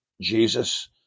Jesus